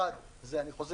האחת היא האכיפה.